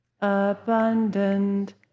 abundant